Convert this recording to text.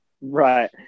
Right